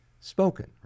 spoken